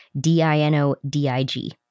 D-I-N-O-D-I-G